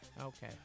Okay